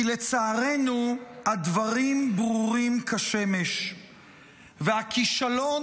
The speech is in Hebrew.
כי לצערנו הדברים ברורים כשמש והכישלון